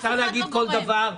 אפשר להגיד כל דבר,